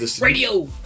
Radio